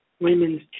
Women's